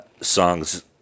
Songs